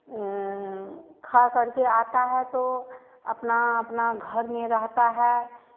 खा करके आता है तो अपना अपना घर में रहता है